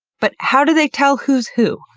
but how do they tell who's who?